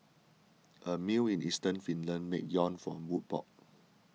a mill in eastern Finland makes yarn from wood pulp